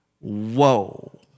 Whoa